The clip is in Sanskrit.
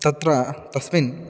तत्र तस्मिन्